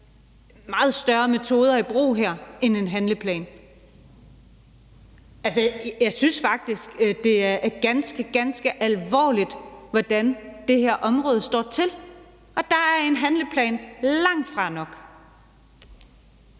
meget større metoder i brug her end en handleplan. Jeg synes faktisk, at det er ganske, ganske alvorligt, hvordan det står til på det her område. Der er en handleplan langtfra nok.